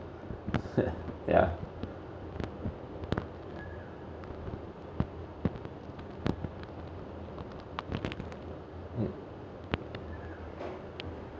!huh! ya hmm